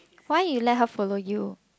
why you let her follow you